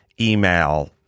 email